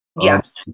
Yes